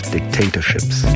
Dictatorships